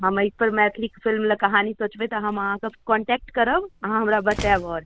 हम एहिपर मैथिलीके फिलिमलए कहानी सोचबै तऽ हम अहाँसँ कॉन्टैक्ट करब अहाँ हमरा बताएब आओर